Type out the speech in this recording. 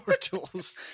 tools